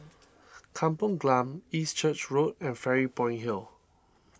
Kampong Glam East Church Road and Fairy Point Hill